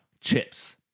chips